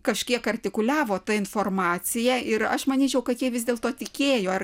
kažkiek artikuliavo ta informacija ir aš manyčiau kad jie vis dėlto tikėjo ar